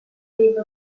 free